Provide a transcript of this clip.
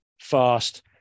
fast